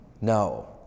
No